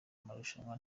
amarushanwa